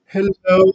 Hello